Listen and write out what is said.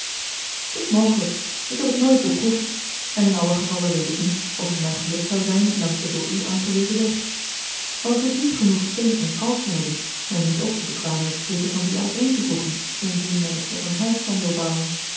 t is mogelijk ik heb het nooit beproefd en in allen gevalle weet ik niet of het mij gelukt zoû zijn langs den door u aangewezen weg want het is niet genoeg steen en kalk te hebben men moet ook de bekwaamheid bezitten van die aan-een te voegen indien men er een huis van wil bouwen